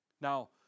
Now